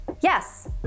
yes